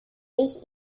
ich